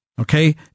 Okay